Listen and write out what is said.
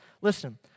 Listen